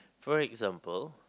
for example